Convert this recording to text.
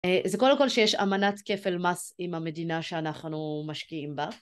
זה קודם כל שיש אמנת כפל מס עם המדינה שאנחנו משקיעים בה